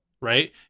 Right